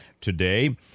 today